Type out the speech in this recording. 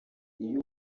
iyo